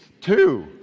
two